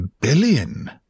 Billion